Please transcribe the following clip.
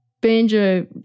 banjo